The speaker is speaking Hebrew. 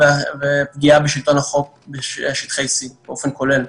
ופגיעה בשלטון החוק בשטחי C באופן כולל.